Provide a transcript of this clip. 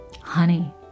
Honey